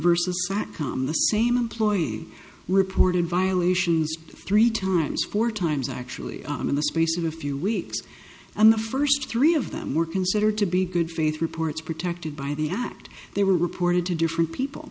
versus back come the same employee reported violations three times four times actually on in the space of a few weeks and the first three of them were considered to be good faith reports protected by the act they were reported to different people